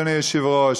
אדוני היושב-ראש,